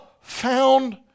found